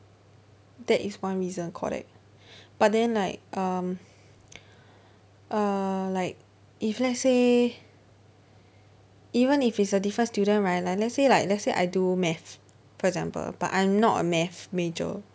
that is one reason correct but then like um uh like if let's say even if it's a different student right like let's say like let's say I do math for example but I'm not a math major